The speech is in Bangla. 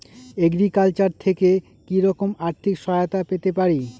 এগ্রিকালচার থেকে কি রকম আর্থিক সহায়তা পেতে পারি?